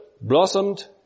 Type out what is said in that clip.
blossomed